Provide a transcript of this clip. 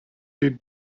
did